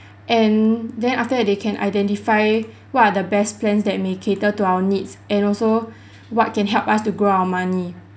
and then after that they can identify what are the best plans that may cater to our needs and also what can help us to grow our money